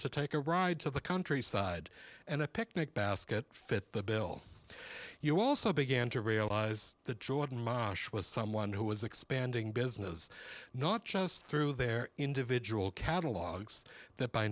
to take a ride to the countryside and a picnic basket fit the bill you also began to realize the jordan monash was someone who was expanding business not just through their individual catalogs that by